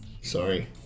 Sorry